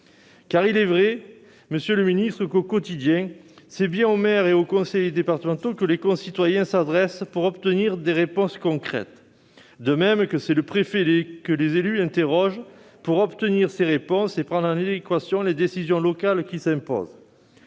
de fait. Monsieur le ministre, au quotidien, c'est bien au maire et aux conseillers départementaux que les concitoyens s'adressent pour obtenir des réponses concrètes, de même que c'est le préfet que les élus interrogent pour obtenir des réponses et prendre les décisions locales qui s'imposent.